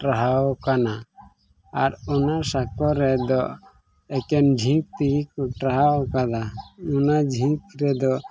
ᱴᱟᱨᱦᱟᱣ ᱟᱠᱟᱱᱟ ᱟᱨ ᱚᱱᱟ ᱥᱟᱸᱠᱳ ᱨᱮᱫᱚ ᱮᱠᱮᱱ ᱡᱷᱤᱱ ᱛᱮᱜᱮ ᱠᱚ ᱴᱟᱨᱦᱟᱣ ᱟᱠᱟᱫᱟ ᱚᱱᱟ ᱡᱷᱤᱱ ᱨᱮᱫᱚ